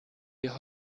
wir